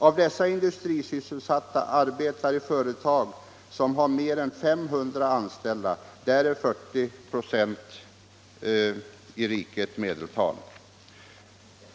av dessa industrisysselsatta arbetar i företag som har mer än 500 anställda — där är medeltalet i riket 40 "vu.